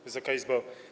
Wysoka Izbo!